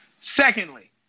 Secondly